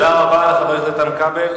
תודה רבה לחבר הכנסת איתן כבל.